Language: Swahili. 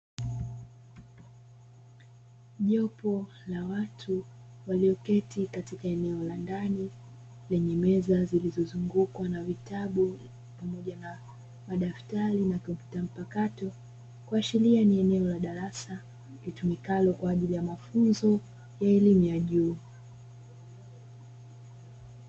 Jopo la watu walioketi katika eneo la ndani, lenye meza zilizozungukwa na vitabu, pamoja na madaftari na kompyuta mpakato, kuashiria ni eneo la darasa litumikalo kwa ajili ya mafunzo ya elimu ya juu.